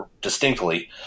distinctly